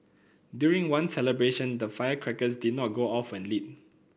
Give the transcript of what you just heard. during one celebration the firecrackers did not go off when lit